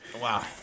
Wow